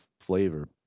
flavor